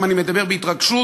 אם אני מדבר בהתרגשות,